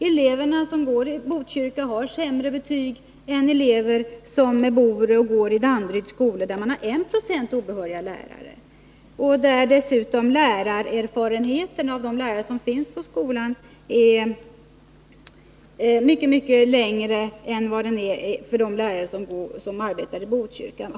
Eleverna som går i Botkyrka har sämre betyg än elever som bor och går i skola i Danderyd, där man har 1 90 obehöriga lärare och där dessutom erfarenheten hos de lärare som finns på skolan är mycket längre än vad den är hos de lärare som arbetar i Botkyrka.